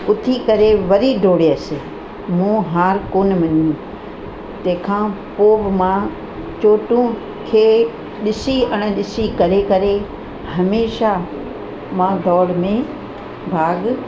उथी करे वरी डोड़यसि मूं हार कोन मञी तंहिं खां पोइ बि मां चोटूं खे ॾिसी अणॾिसी करे करे हमेशह मां डोड़ में भाॻु